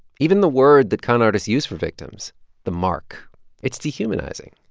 even the word that con artists use for victim so the mark it's dehumanizing.